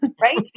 right